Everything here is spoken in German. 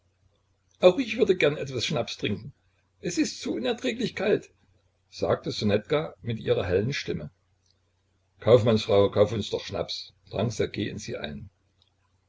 auch ich würde gerne etwas schnaps trinken es ist so unerträglich kalt sagte ssonetka mit ihrer hellen stimme kaufmannsfrau kauf uns doch schnaps drang ssergej in sie ein